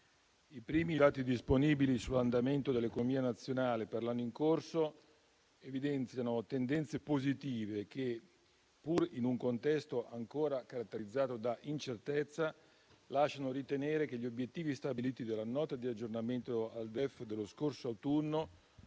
I primi dati disponibili sull'andamento dell'economia nazionale per l'anno in corso evidenziano tendenze positive che, pur in un contesto ancora caratterizzato da incertezza, lasciano ritenere che gli obiettivi stabiliti dalla Nota di aggiornamento al DEF dello scorso autunno